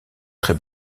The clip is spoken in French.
très